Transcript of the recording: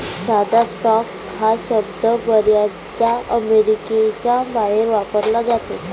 साधा स्टॉक हा शब्द बर्याचदा अमेरिकेच्या बाहेर वापरला जातो